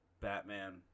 Batman